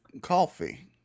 Coffee